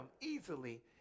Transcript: easily